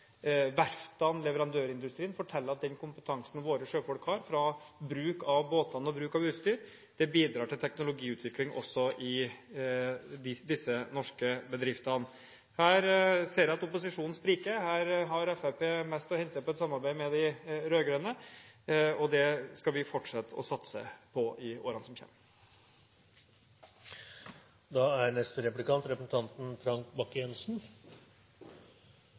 verftene og leverandørindustrien forteller at den kompetansen våre sjøfolk har, fra bruk av båtene til bruk av utstyr, bidrar til teknologiutvikling også i disse norske bedriftene. Her ser jeg at opposisjonen spriker. Her har Fremskrittspartiet mest å hente på et samarbeid med de rød–grønne. Det skal vi fortsatt satse på i årene som